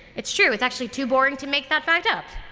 it's true. it's actually too boring to make that fact up.